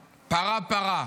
פרה-פרה.